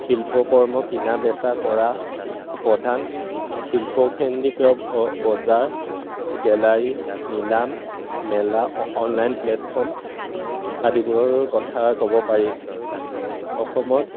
শিল্পকৰ্ম কিনা বেচা কৰা প্ৰধান শিল্পকেন্দ্ৰিক বজাৰ গেলাৰী নিলাম মেলা অনলাইন প্লেটফৰ্ম আদিবোৰৰ কথা ক'ব পাৰি অসমত